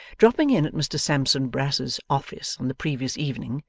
dropping in at mr sampson brass's office on the previous evening,